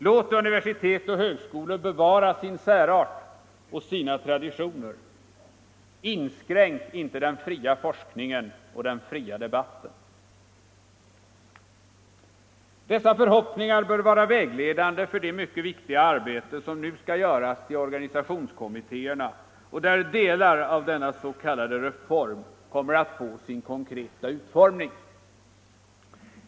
Låt universitet och högskolor bevara sin särart och sina traditioner! Inskränk inte den fria forskningen och den fria debatten! Dessa förhoppningar bör vara vägledande för det mycket viktiga arbete som nu skall göras i organisationskommittéerna och där delar av ”reformen” kommer att få sin konkreta utformning.